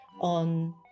on